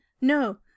No